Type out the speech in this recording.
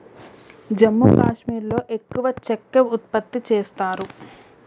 జమ్మూ కాశ్మీర్లో ఎక్కువ చెక్క ఉత్పత్తి చేస్తారు